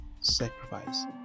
sacrifice